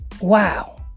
Wow